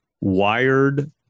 wired